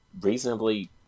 reasonably